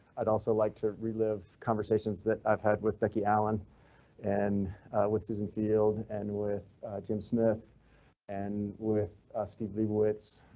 i'd also like to relive conversations that i've had with becky allen and with susan field and with jim smith an with steve liebowitz.